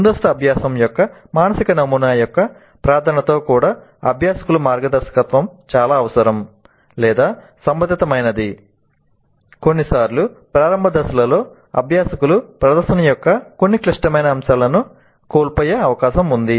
ముందస్తు అభ్యాసం యొక్క మానసిక నమూనా యొక్క ప్రార్థనతో కూడా అభ్యాసకుల మార్గదర్శకత్వం చాలా అవసరం లేదా సంబంధితమైనది కొన్నిసార్లు ప్రారంభ దశలలో అభ్యాసకులు ప్రదర్శన యొక్క కొన్ని క్లిష్టమైన అంశాలను కోల్పోయే అవకాశం ఉంది